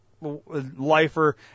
lifer